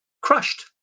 crushed